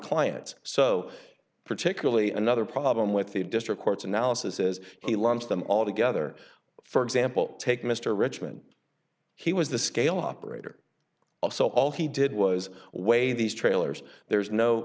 clients so particularly another problem with the district court's analysis says he wants them all together for example take mr richmond he was the scale operator also all he did was weigh these trailers there's no